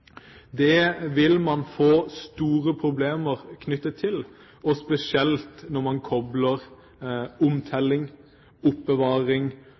vil få store problemer knyttet til det, spesielt når man kobler omtelling, oppbevaring